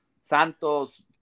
Santos